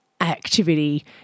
activity